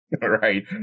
right